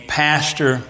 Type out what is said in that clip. pastor